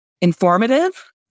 informative